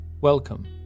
Welcome